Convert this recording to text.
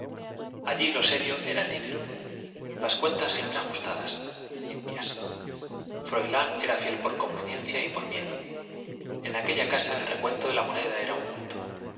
allí lo serio era el dinero las cuentas siempre ajustadas limpias froilán era fiel por conveniencia y por miedo en aquella casa el recuento de la moneda era un culto